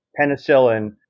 penicillin